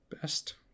Best